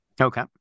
Okay